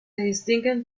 distinguen